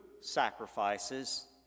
sacrifices